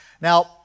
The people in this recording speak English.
Now